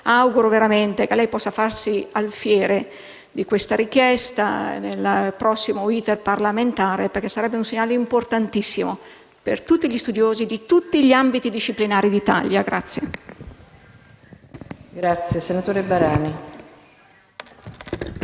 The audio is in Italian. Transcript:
auguro veramente che lei possa farsi alfiere di questa richiesta nel prossimo *iter* parlamentare, perché sarebbe un segnale importantissimo per tutti gli studiosi di tutti gli ambiti disciplinari d'Italia.